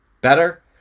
better